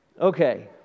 okay